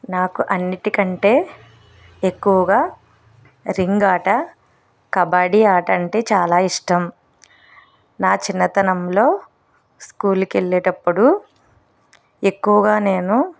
నాకు అన్నింటికంటే ఎక్కువగా రింగ్ ఆట కబడ్డీ ఆట అంటే చాలా ఇష్టం నా చిన్నతనంలో స్కూల్కు వెళ్ళేటప్పుడు ఎక్కువగా నేను